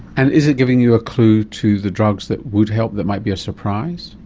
and is it giving you a clue to the drugs that would help that might be a surprise?